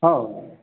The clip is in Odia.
ହଁ